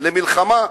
למלחמה,